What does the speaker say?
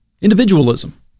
Individualism